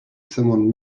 someone